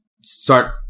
start